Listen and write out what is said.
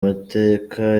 mateka